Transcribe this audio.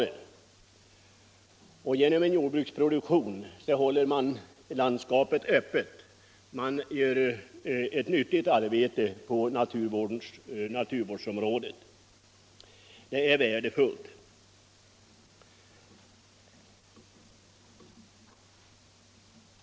Genom en Jordbruksreglering, jordbruksproduktion håller man landskapet öppet; man gör ett nyttigt — m.m. arbete på naturvårdsområdet, och det är värdefullt.